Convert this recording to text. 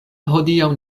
hodiaŭ